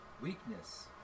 Weakness